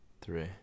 three